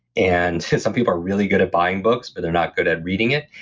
and some people are really good at buying books, but they're not good at reading it.